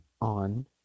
On